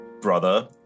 brother